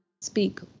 speak